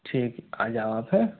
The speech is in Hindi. ठीक आ जाओ आप हैं